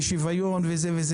ושוויון וכו'.